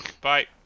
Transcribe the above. Bye